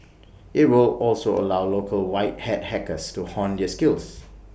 IT would also allow local white hat hackers to hone their skills